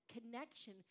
connection